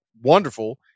wonderful